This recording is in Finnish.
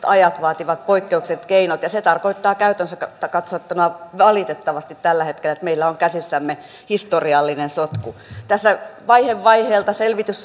ajat vaativat poikkeukselliset keinot ja se tarkoittaa käytännössä katsottuna valitettavasti tällä hetkellä että meillä on käsissämme historiallinen sotku tässä vaihe vaiheelta selvitys